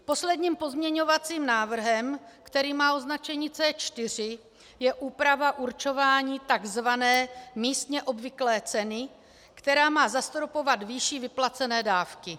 Posledním pozměňovacím návrhem, který má označení C4, je úprava určování takzvané místně obvyklé ceny, která má zastropovat výši vyplacené dávky.